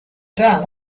dam